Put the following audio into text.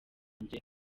njye